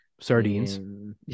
Sardines